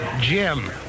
Jim